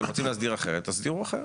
אתם רוצים להסדיר אחרת, תסדירו אחרת.